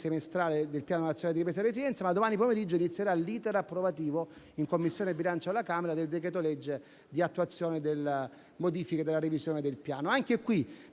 semestrale del Piano nazionale di ripresa e resilienza e domani pomeriggio inizierà l'*iter* approvativo in Commissione bilancio alla Camera del decreto-legge di attuazione delle modifiche e della revisione del Piano. Mi